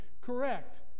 Correct